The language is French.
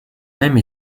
même